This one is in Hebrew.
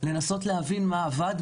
לנסות להבין מה עבד,